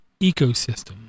ecosystem